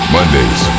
Mondays